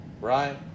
right